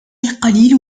القليل